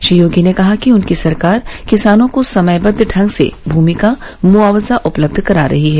श्री योगी ने कहा कि उनकी सरकार किसानों को समयदद ढंग से भूमि का मुआवजा उपलब्ध करा रही है